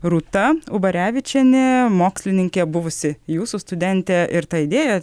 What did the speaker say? rūta varevičienė mokslininkė buvusi jūsų studentė ir ta idėja